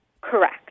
Correct